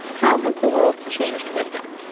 how has the world changed with them?